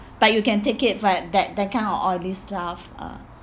but you can take it but that that kind of oily stuff ah